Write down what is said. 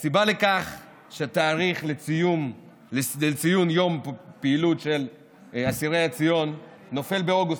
הסיבה לכך היא שתאריך לציון יום פעילות של אסירי ציון נופל באוגוסט,